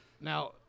now